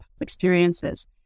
experiences